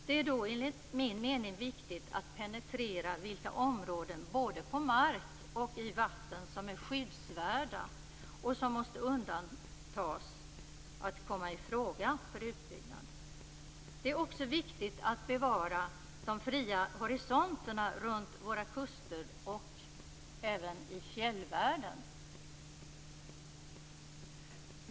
Det är då enligt min mening viktigt att penetrera vilka områden både på mark och i vatten som är skyddsvärda och som måste undantas att komma i fråga för utbyggnad. Det är också viktigt att bevara de fria horisonterna runt våra kuster och även i fjällvärlden.